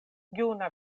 juna